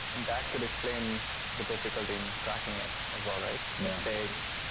that could explain the difficulty in cracking it, as well, right? mistakes,